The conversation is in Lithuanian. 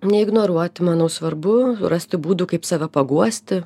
neignoruoti manau svarbu rasti būdų kaip save paguosti